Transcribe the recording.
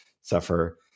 suffer